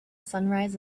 sunrise